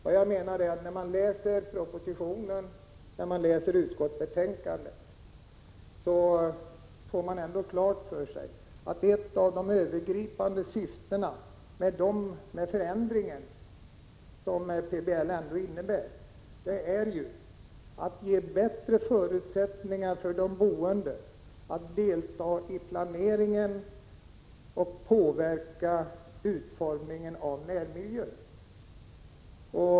Vad jag menar är att om man läser propositionen och utskottsbetänkandet får man klart för sig att ett av de övergripande syftena med den förändring som PBL innebär är att ge bättre förutsättningar för de boende att delta i planeringen och påverka utformningen av närmiljön.